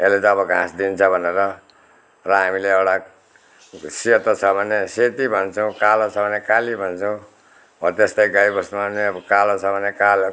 यसले त अब घाँस दिन्छ भनेर र हामीले एउटा सेतो छ भने सेती भन्छौँ कालो छ भने काली भन्छौँ हो त्यस्तै गाई बस्तुमा पनि अब कालो छ भने कालो